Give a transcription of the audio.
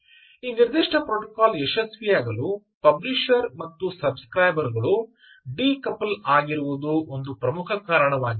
ಈ ನಿರ್ದಿಷ್ಟ ಪ್ರೋಟೋಕಾಲ್ ಯಶಸ್ವಿಯಾಗಲು ಪಬ್ಲಿಷರ್ ಮತ್ತು ಸಬ್ ಸ್ಕ್ರೈಬರ್ ಗಳು ಡಿಕಪಲ್ ಆಗಿರುವದು ಒಂದು ಪ್ರಮುಖ ಕಾರಣವಾಗಿದೆ